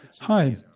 Hi